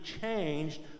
changed